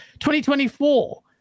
2024